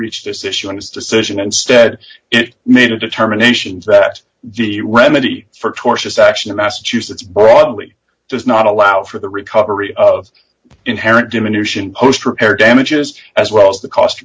reach this issue in its decision instead it made a determination that the remedy for tortious action in massachusetts broadly does not allow for the recovery of inherent diminution post repair damages as well as the cost